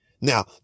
Now